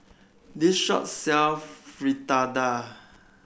this shop sell Fritada